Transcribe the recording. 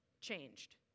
changed